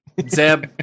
Zeb